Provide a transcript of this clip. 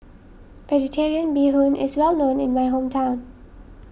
Vegetarian Bee Hoon is well known in my hometown